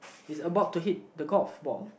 is about to hit the golf ball